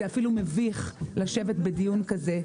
זה אפילו מביך לשבת בדיון כזה,